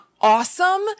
awesome